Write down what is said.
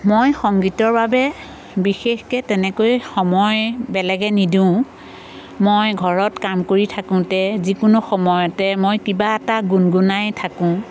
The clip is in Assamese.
মই সংগীতৰ বাবে বিশেষকৈ তেনেকৈ সময় বেলেগে নিদিওঁ মই ঘৰত কাম কৰি থাকোঁতে যিকোনো সময়তে মই কিবা এটা গুণ গুণাই থাকোঁ